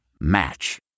Match